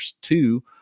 two